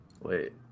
Wait